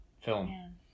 film